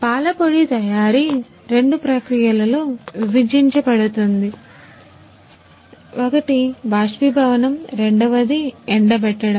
పాలపొడి తయారీ రెండు ప్రక్రియలలో విభజించబడిందిఒకటి బాష్పీభవనం రెండవది స్ప్రే ఎండబెట్టడం